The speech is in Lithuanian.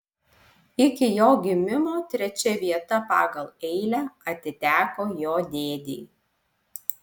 iki jo gimimo trečia vieta pagal eilę atiteko jo dėdei